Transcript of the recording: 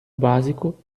básico